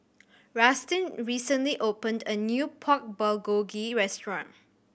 Rustin recently opened a new Pork Bulgogi Restaurant